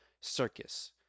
circus